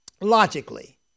logically